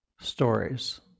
stories